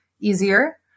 easier